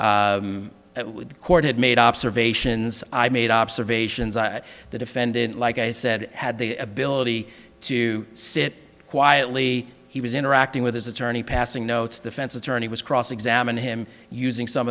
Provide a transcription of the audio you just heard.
the court had made observations i made observations that the defendant like i said had the ability to sit quietly he was interacting with his attorney passing notes defense attorney was cross examine him using some